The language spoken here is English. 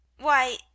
Why